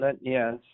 Yes